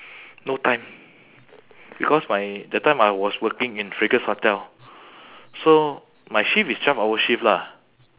no time because my that time I was working in fragrance hotel so my shift is twelve hour shift lah